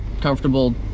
comfortable